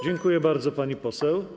Dziękuję bardzo, pani poseł.